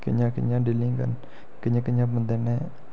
कि'यां कि'यां डीलिंग करनी कि'यां कि'यां बंदे ने